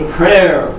prayer